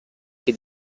che